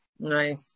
Nice